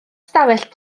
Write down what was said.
stafell